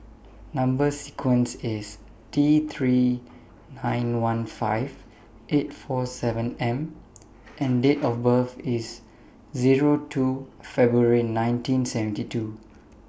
Number sequence IS T three nine one five eight four seven M and Date of birth IS Zero two February nineteen seventy two